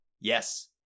Yes